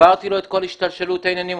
הסברתי לו את כל השתלשלות העניינים,